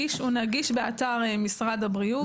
הוא נגיש באתר משרד הבריאות.